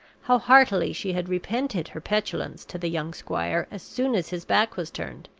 how heartily she had repented her petulance to the young squire as soon as his back was turned,